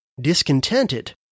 discontented